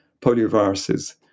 polioviruses